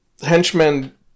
Henchmen